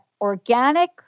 organic